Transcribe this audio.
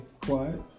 quiet